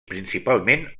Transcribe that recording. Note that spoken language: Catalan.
principalment